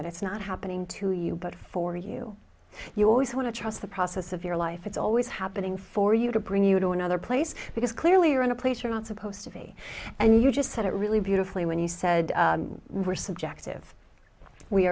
that it's not happening to you but for you you always want to trust the process of your life it's always happening for you to bring you to another place because clearly you're in a place you're not supposed to be and you just said it really beautifully when you said we're subjective we